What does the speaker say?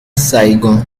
saïgon